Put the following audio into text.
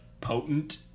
potent